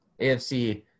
AFC